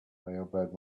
elbowed